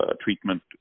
treatment